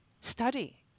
study